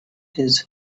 his